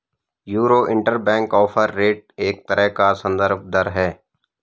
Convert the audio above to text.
euro interbank offer rate एक तरह का सन्दर्भ दर है